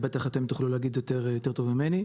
בטח אתם תוכלו להגיד יותר טוב ממני,